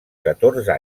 catorze